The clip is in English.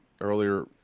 earlier